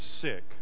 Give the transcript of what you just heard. sick